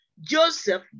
Joseph